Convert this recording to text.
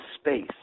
space